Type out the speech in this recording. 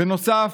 בנוסף,